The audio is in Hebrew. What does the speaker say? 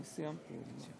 אני סיימתי.